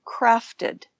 crafted